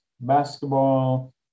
basketball